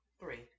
three